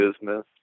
business